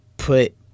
put